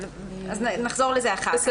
נחזור לזה אחר-כך.